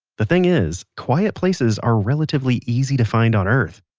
the thing is, quiet places are relatively easy to find on earth.